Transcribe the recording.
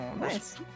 nice